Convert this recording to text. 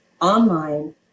online